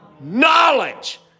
Knowledge